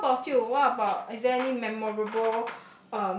so how about you what about is there any memorable